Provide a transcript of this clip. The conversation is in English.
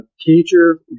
teacher